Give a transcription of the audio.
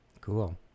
Cool